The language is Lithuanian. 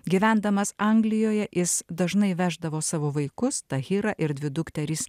gyvendamas anglijoje jis dažnai veždavo savo vaikus tahirą ir dvi dukteris